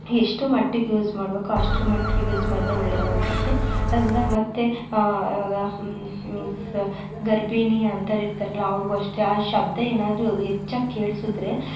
ಎಷ್ಟು ಮಟ್ಟಿಗೆ ಯೂಸ್ ಮಾಡ್ಬೇಕು ಅಷ್ಟರ ಮಟ್ಟಿಗೆ ಯೂಸ್ ಮಾಡಿದರೆ ಒಳ್ಳೆಯದು ಅನ್ನಿಸುತ್ತೆ ಅದರಿಂದ ಮತ್ತೆ ಈವಾಗ ಮೀನ್ಸ್ ಗರ್ಭಿಣಿ ಅಂಥೋರು ಇರ್ತಾರಲ್ಲ ಅವ್ರಿಗೂ ಅಷ್ಟೇ ಆ ಶಬ್ದ ಏನಾದರೂ ಹೆಚ್ಚಾಗಿ ಕೇಳಿಸಿದ್ರೆ